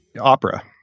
Opera